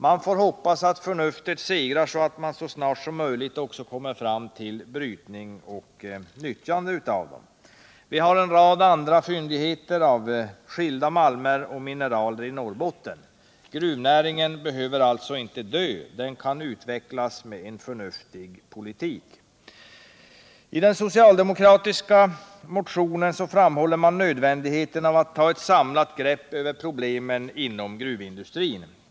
Vi får hoppas att förnuftet segrar, så att man så snart som möjligt kan komma fram till brytning och ett nyttjande av fyndigheterna. Det finns en rad andra brytvärda fyndigheter av skilda malmer och mineraler i Norrbotten. Gruvnäringen behöver alltså inte dö. Den kan utvecklas med en förnuftig politik. I den socialdemokratiska motionen framhåller man nödvändigheten av att ta ett samlat grepp om problemen inom gruvindustrin.